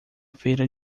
feira